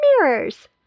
mirrors